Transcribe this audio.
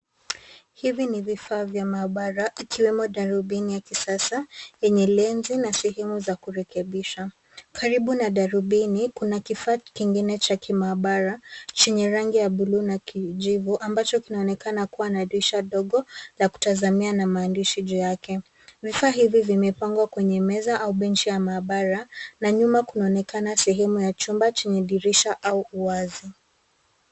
Hivi ni vifaa vya maabara ikiwemo darubini ya kisasa yenye lenzi na sehemu za kurekebisha. Karibu na darubini kuna kifaa kingine cha kimaabara chenye rangi ya buluu na kiujivu ambacho kinaonekana kuwa na dirisha dogo la kutazamia na maandishi juu yake. Vifaa hivi vimepangwa kwenye meza au benchi ya maabara na nyuma kunaonekana sehemu ya chumba chenye dirisha au uwazi.